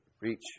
reach